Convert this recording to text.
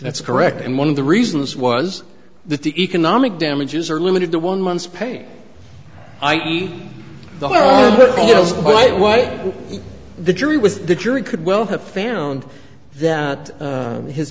that's correct and one of the reasons was that the economic damages are limited to one month's pay i e but what the jury was the jury could well have found that